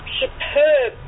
superb